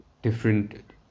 different